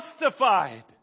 justified